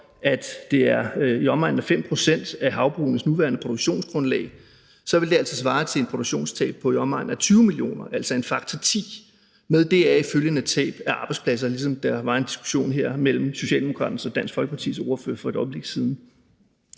at det er i omegnen af 5 pct. af havbrugenes nuværende produktionsgrundlag, vil det altså svare til et produktionstab på i omegnen af 20 mio. kr., altså en faktor ti, med deraf følgende tab af arbejdspladser – ligesom der var en diskussion om mellem Socialdemokraternes og Dansk Folkepartis ordførere her for et øjeblik siden.